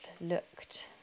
looked